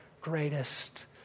greatest